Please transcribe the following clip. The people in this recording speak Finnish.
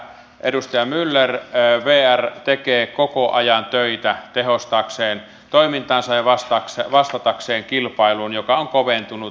edustaja myller vr tekee koko ajan töitä tehostaakseen toimintaansa ja vastatakseen kilpailuun joka on koventunut